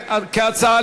הצעה